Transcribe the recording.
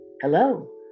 Hello